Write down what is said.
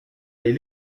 les